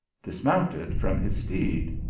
dismounted from his steed.